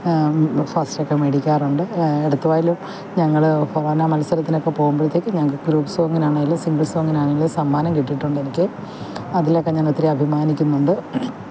first മേടിക്കാറുണ്ട് എടത്വായിലും ഞങ്ങള് പോകാനാണ് മത്സരത്തിനൊക്കെ പോകുമ്പഴത്തേക്ക് ഞങ്ങൾക്ക് ഗ്രൂപ്പ് സോങ്ങിനാണേലും സിംഗിള് സോങ്ങിനാണേലും സമ്മാനം കിട്ടിയിട്ടുണ്ടെനിക്ക് അതിലെക്കെ ഞാനൊത്തിരി അഭിമാനിക്കുന്നുണ്ട്